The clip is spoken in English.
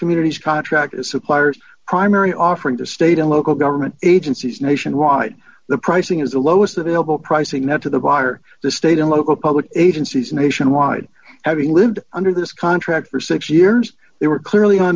communities contract suppliers primary offering to state and local government agencies nationwide the pricing is the lowest available pricing that to the buyer the state and local public agencies nationwide having lived under this contract for six years they were clearly